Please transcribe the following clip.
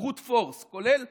brute force, כולל